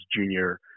junior